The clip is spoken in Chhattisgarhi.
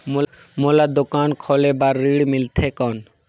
मोला दुकान खोले बार ऋण मिलथे कौन?